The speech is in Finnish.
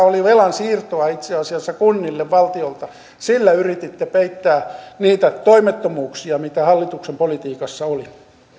oli velansiirtoa kunnille valtiolta yrititte peittää niitä toimettomuuksia mitä hallituksen politiikassa oli